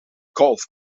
golf